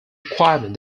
requirement